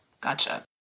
Gotcha